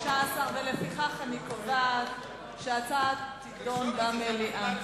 16. לפיכך אני קובעת שההצעה תידון במליאה.